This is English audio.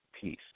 peace